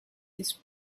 this